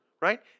right